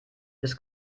ist